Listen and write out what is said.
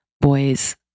boys